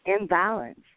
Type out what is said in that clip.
imbalance